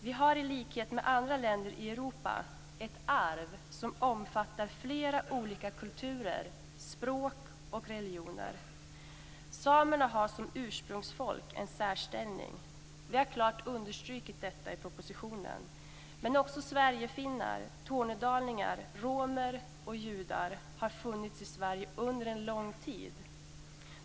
Vi har i likhet med andra länder i Europa ett arv som omfattar flera olika kulturer, språk och religioner. Samerna har som ursprungsfolk en särställning. Vi har klart understrukit detta i propositionen. Men också sverigefinnar, tornedalningar, romer och judar har funnits i Sverige under en lång tid.